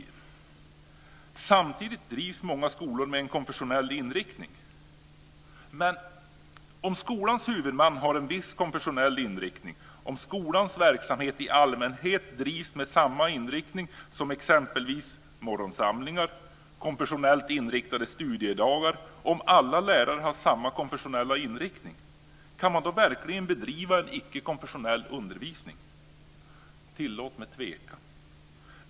Samtidigt drivs många skolor med en konfessionell inriktning. Men om skolans huvudman har en viss konfessionell inriktning, om skolans verksamhet i allmänhet drivs med samma inriktning med exempelvis morgonsamlingar och konfessionellt inriktade studiedagar och om alla lärare har samma konfessionella inriktning, kan man då verkligen bedriva en icke-konfessionell undervisning? Tillåt mig tveka.